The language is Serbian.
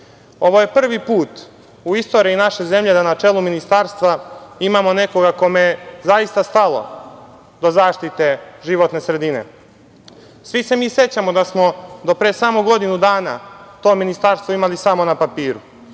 Ovo je prvi put u istoriji naše zemlje da na čelu ministarstva imamo nekoga kome je zaista stalo do zaštite životne sredine. Svi se mi sećamo da smo do pre samo godinu dana to ministarstvo imali samo na papiru.